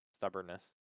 stubbornness